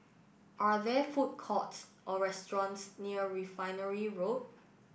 are there food courts or restaurants near Refinery Road